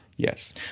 Yes